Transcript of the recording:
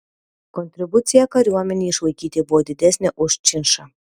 kontribucija kariuomenei išlaikyti buvo didesnė už činšą